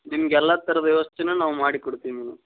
ನಿಮ್ಗೆ ಎಲ್ಲ ಥರದ ವ್ಯವಸ್ಥೆನೂ ನಾವು ಮಾಡಿಕೊಡ್ತೀವಿ ಮೇಡಮ್